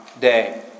day